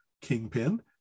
kingpin